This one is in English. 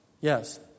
Yes